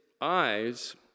eyes